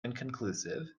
inconclusive